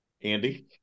Andy